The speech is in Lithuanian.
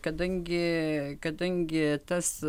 kadangi kadangi tas